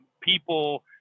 people